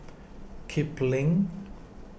Kipling